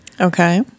Okay